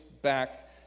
back